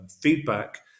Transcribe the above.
feedback